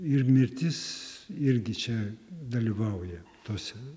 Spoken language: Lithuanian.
ir mirtis irgi čia dalyvauja tose